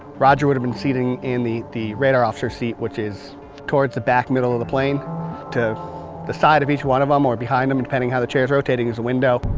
roger would've been sitting in the the radar officer's seat which is toward the back middle of the plane to the side of each one of them um or behind them depending how the chairs rotating as a window.